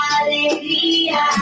alegría